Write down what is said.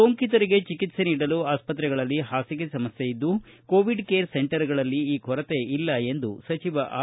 ಸೋಂಕಿತರಿಗೆ ಚಿಕಿತ್ಸೆ ನೀಡಲು ಆಸ್ಷತ್ರೆಗಳಲ್ಲಿ ಹಾಸಿಗೆ ಸಮಸ್ಯೆ ಇದ್ದು ಕೋವಿಡ್ ಕೇರ್ ಸೆಂಟರ್ಗಳಲ್ಲಿ ಈ ಕೊರತೆ ಇಲ್ಲ ಎಂದು ಸಚಿವ ಆರ್